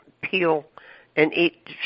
peel-and-eat